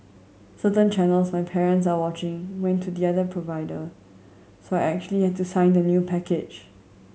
certain channels my parents are watching went to the other provider so I actually had to sign the new package